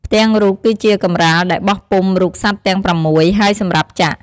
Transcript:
ផ្ទាំងរូបគឺជាកម្រាលដែលបោះពុម្ពរូបសត្វទាំងប្រាំមួយ ហើយសម្រាប់ចាក់។